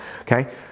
Okay